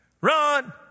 run